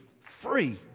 free